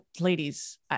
ladies